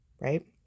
right